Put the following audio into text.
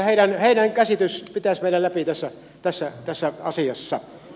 minusta heidän käsityksensä pitäisi viedä läpi tässä asiassa